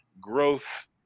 growth